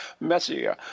Messier